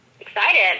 excited